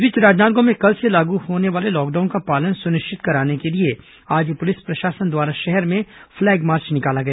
इस बीच राजनांदगांव में कल से लागू होने वाले लॉकडाउन का पालन सुनिश्चित कराने के लिए आज पुलिस प्रशासन द्वारा शहर में फ्लैग मार्च निकाला गया